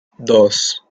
dos